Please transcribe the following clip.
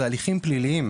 זה הליכים פליליים.